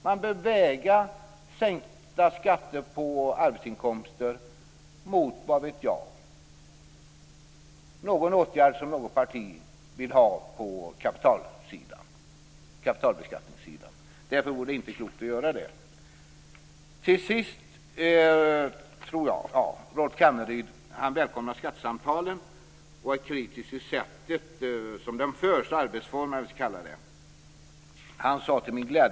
Man bör väga sänkta skatter på arbetsinkomster mot vad vet jag - någon åtgärd som något parti vill ha på kapitalbeskattningssidan. Därför vore det inte klokt att göra det. Till sist: Rolf Kenneryd välkomnar skattesamtalen och är kritisk till det sätt varpå de förs, de s.k. arbetsformerna.